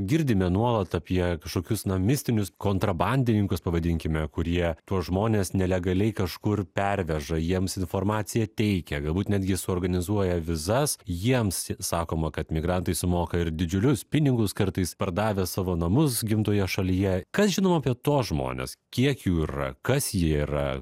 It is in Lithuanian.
girdime nuolat apie kažkokius na mistinius kontrabandininkus pavadinkime kurie tuos žmones nelegaliai kažkur perveža jiems informaciją teikia galbūt netgi suorganizuoja vizas jiems sakoma kad migrantai sumoka ir didžiulius pinigus kartais pardavę savo namus gimtoje šalyje kas žinoma apie tuos žmones kiek jų yra kas jie yra